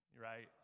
right